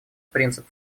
принцип